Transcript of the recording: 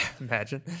Imagine